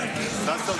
התקופות,